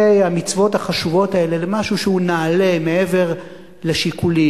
המצוות החשובות האלה למשהו שהוא נעלה מעבר לשיקולים.